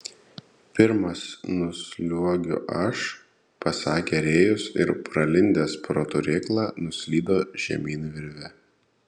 pirmas nusliuogiu aš pasakė rėjus ir pralindęs pro turėklą nuslydo žemyn virve